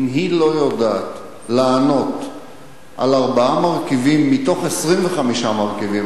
אם היא לא יודעת לענות על ארבעה מרכיבים מתוך 25 מרכיבים,